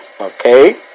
Okay